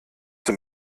zur